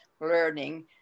learning